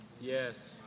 Yes